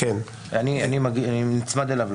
אני נצמד אליו.